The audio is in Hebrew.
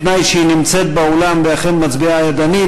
בתנאי שהיא נמצאת באולם ואכן מצביעה ידנית,